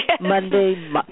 Monday